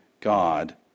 God